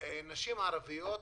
--- נשים ערביות,